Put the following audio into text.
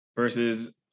Versus